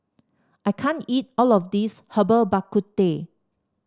I can't eat all of this Herbal Bak Ku Teh